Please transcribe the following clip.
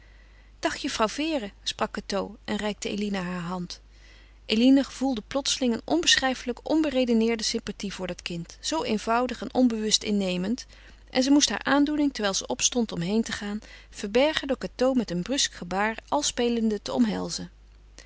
juffrouw vere sprak cateau en reikte eline haar hand eline gevoelde plotseling een onbeschrijflijke onberedeneerde sympathie voor dat kind zoo eenvoudig en onbewust innemend en ze moest haar aandoening terwijl ze opstond om heen te gaan verbergen door cateau met een brusk gebaar al spelende te omhelzen